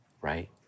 Right